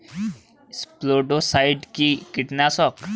স্পোডোসাইট কি কীটনাশক?